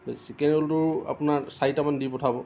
chicken roll আপোনাৰ চাৰিটামান দি পঠাব